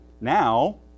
Now